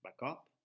backup